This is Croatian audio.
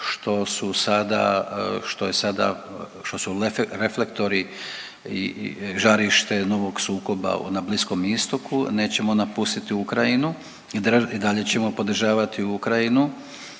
što su reflektori i žarište novog sukoba na Bliskom Istoku nećemo napustit Ukrajinu i dalje ćemo podržavati Ukrajinu